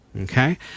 Okay